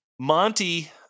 Monty